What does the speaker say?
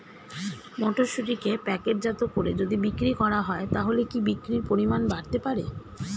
মটরশুটিকে প্যাকেটজাত করে যদি বিক্রি করা হয় তাহলে কি বিক্রি পরিমাণ বাড়তে পারে?